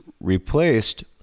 replaced